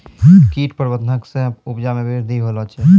कीट प्रबंधक से उपजा मे वृद्धि होलो छै